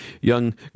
Young